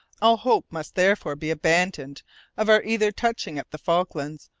all hope must therefore be abandoned of our either touching at the falklands,